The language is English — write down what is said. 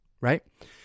right